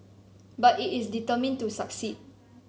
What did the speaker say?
but it is determined to succeed